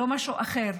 לא משהו אחר,